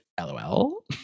lol